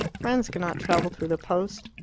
friends cannot travel through the post.